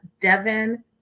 Devin